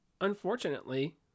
Unfortunately